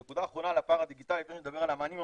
נקודה אחרונה על הפער הדיגיטלי לפני שנדבר על המענים הממשלתיים.